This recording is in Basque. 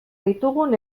ditugun